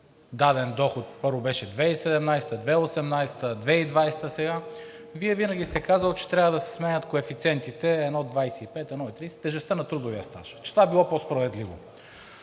даден доход първо беше 2017 г., 2018 г., а сега и 2020 г. – Вие винаги сте казвали, че трябва да се сменят коефициентите 1,25, 1,30 – тежестта на трудовия стаж, че това било по-справедливо.